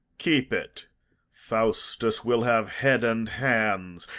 keep it faustus will have heads and hands,